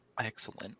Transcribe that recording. Excellent